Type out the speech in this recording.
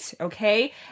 okay